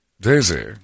Daisy